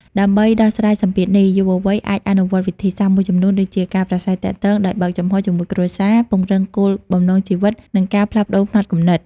ដើម្បីដោះស្រាយសម្ពាធនេះ យុវវ័យអាចអនុវត្តវិធីសាស្ត្រមួយចំនួនដូចជា ការប្រាស្រ័យទាក់ទងដោយបើកចំហជាមួយគ្រួសារ ពង្រឹងគោលបំណងជីវិត នឹងការផ្លាស់ប្តូរផ្នត់គំនិត ។